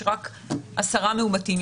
יש רק עשרה מאומתים,